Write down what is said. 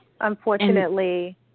Unfortunately